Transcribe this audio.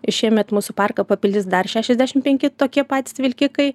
ir šiemet mūsų parką papildys dar šešiasdešim penki tokie patys vilkikai